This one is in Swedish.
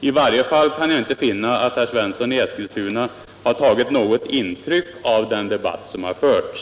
I varje falt kan jag inte finna att herr Svensson i Eskilstuna har tagit något intryck av den debatt som förts.